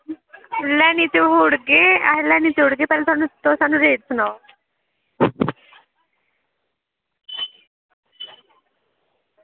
लेआनी ते ओड़गे अहें लेआनी ते ओड़गे पैह्लें सानूं तुस सानूं पैह्लें रेट सनाओ